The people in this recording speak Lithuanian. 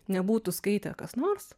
nebūtų skaitę kas nors